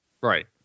Right